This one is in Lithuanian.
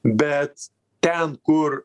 bet ten kur